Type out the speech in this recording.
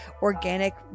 organic